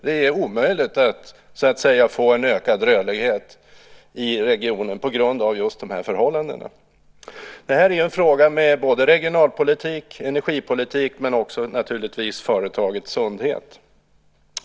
Det är omöjligt att få en ökad rörlighet i regionen på grund av just de här förhållandena. Det här är en fråga om både regionalpolitik och energipolitik men naturligtvis också om företagets sundhet.